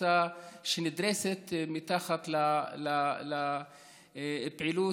הקבוצה שנדרסת מתחת לפעילות,